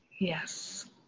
yes